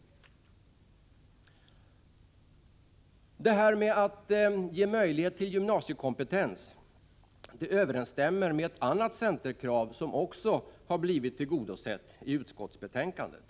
Det som nämndes i skriften om påbyggnadsutbildningar för att ge gymnasiekompetens överensstämmer med ett annat centerkrav, som också har blivit tillgodosett i utskottsbetänkandet.